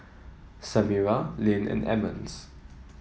Samira Lynn and Emmons